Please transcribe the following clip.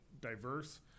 diverse